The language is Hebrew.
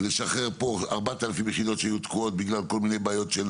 ונשחרר פה 4,000 יחידות שהיו תקועות בגלל כל מיני בעיות של